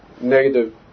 negative